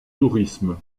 tourisme